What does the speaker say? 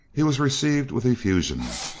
he was received with effusion.